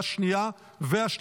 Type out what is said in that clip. בעד, 14,